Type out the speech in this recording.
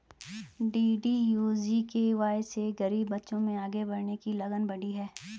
DDU GKY से गरीब बच्चों में आगे बढ़ने की लगन बढ़ी है